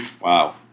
Wow